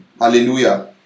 Hallelujah